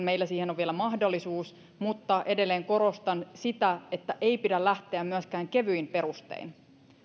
meillä siihen on vielä mahdollisuus mutta edelleen korostan sitä että ei pidä lähteä myöskään kevyin perustein